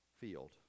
field